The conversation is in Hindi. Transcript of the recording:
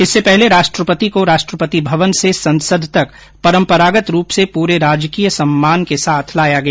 इससे पहले राष्ट्रपति को राष्ट्रपति भवन से संसद तक परम्परागत रूप से पूरे राजकीय सम्मान के साथ लाया गया